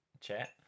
chat